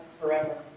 forever